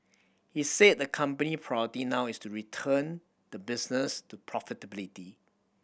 he said the company priority now is to return the business to profitability